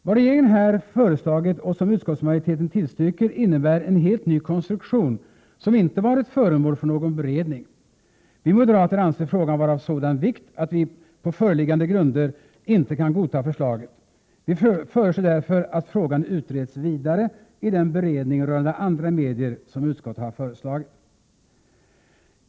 Vad regeringen har föreslagit, och som utskottsmajoriteten tillstyrker, innebär en helt ny konstruktion som inte varit föremål för någon beredning. Vi moderater anser frågan vara av sådan vikt att vi på föreliggande grunder inte kan godta förslaget. Vi föreslår därför att frågan utreds vidare i den beredning rörande andra medier som utskottet har föreslagit.